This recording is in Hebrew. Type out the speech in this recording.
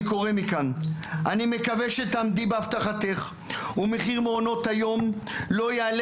אני מקווה שתעמדי בהבטחתך ומחיר מעונות היום לא יעלה